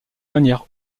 manière